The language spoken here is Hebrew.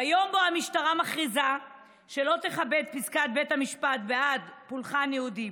ביום שבו המשטרה מכריזה שלא תכבד את פסיקת בית המשפט בעד פולחן יהודי,